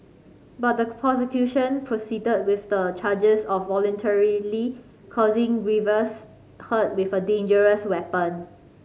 but the prosecution proceeded with the charges of voluntarily causing grievous hurt with a dangerous weapon